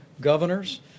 governors